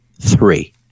three